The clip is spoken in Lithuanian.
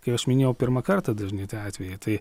kai aš minėjau pirmą kartą dažni atvejai tai